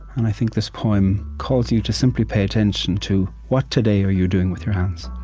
and i think this poem calls you to simply pay attention to what, today, are you doing with your hands